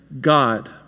God